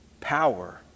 power